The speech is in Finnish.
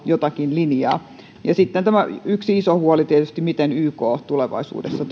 jotakin linjaa sitten yksi iso huoli tietysti miten yk tulevaisuudessa